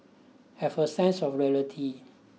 have a sense of reality